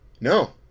No